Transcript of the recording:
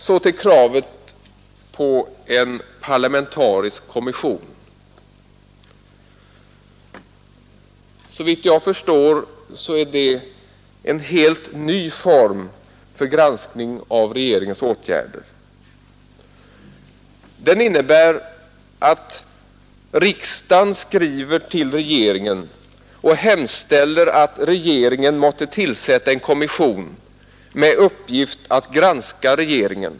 Så till kravet på en parlamentarisk kommission. Såvitt jag förstår är det en helt ny form för granskning av regeringens åtgärder. Den innebär att riksdagen skriver till regeringen och hemställer att regeringen måtte tillsätta en kommission med uppgift att granska regeringen.